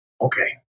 okay